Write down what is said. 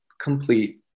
complete